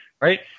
right